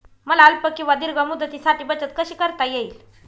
मला अल्प किंवा दीर्घ मुदतीसाठी बचत कशी करता येईल?